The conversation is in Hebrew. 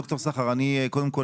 ד"ר סחר, אני קודם כל